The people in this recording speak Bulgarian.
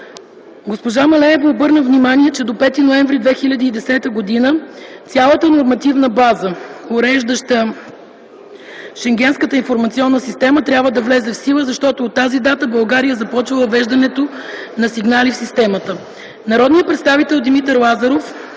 Госпожа Малеева обърна внимание, че до 5 ноември 2010 г. цялата нормативна база, уреждаща Шенгенската информационна система, трябва да влезе в сила, защото от тази дата България започва въвеждането на сигнали в системата. Народният представител Димитър Лазаров